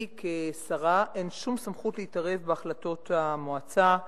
לי כשרה אין שום סמכות להתערב בהחלטות המועצה,